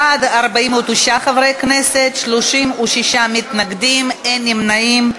בעד, 49 חברי כנסת, 36 מתנגדים, אין נמנעים.